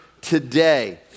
today